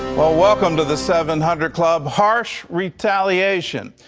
welcome to the seven hundred club. harsh retaliation.